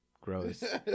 Gross